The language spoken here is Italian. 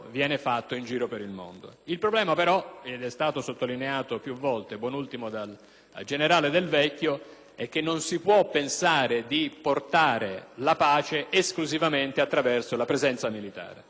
è che non si può pensare di portare la pace esclusivamente attraverso la presenza militare. In particolare, il teatro afgano è quello che presenta più problemi. Proprio per cercare di affrontare alcuni di essi